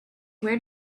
where